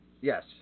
Yes